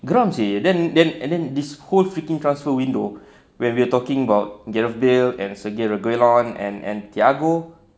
geram seh then then and then this whole freaking transfer window where we are talking about gareth bale and sergio aguero and and thiago